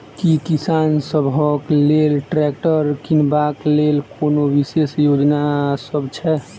की किसान सबहक लेल ट्रैक्टर किनबाक लेल कोनो विशेष योजना सब छै?